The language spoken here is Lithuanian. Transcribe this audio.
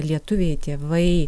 lietuviai tėvai